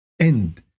end